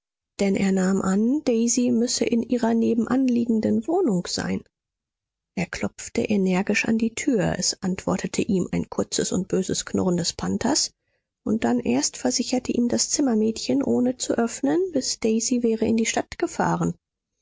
denn er nahm an daisy müsse in ihrer nebenanliegenden wohnung sein er klopfte energisch an die tür es antwortete ihm ein kurzes und böses knurren des panthers und dann erst versicherte ihm das zimmermädchen ohne zu öffnen miß daisy wäre in die stadt gefahren